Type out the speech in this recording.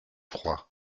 froid